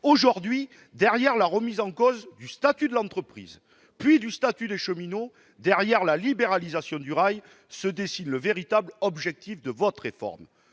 Aujourd'hui, derrière la remise en cause du statut de l'entreprise, puis de celui des cheminots, derrière la libéralisation du rail, se dessine le véritable objectif de votre réforme